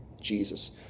Jesus